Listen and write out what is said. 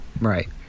right